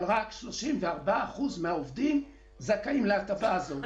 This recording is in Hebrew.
אבל רק 34% מהעובדים זכאים להטבה הזאת.